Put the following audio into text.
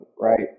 right